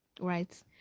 right